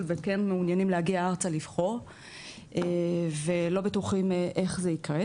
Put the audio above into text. וכן מעוניינים להגיע ארצה לבחור ולא בטוחים איך זה יקרה.